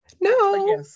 No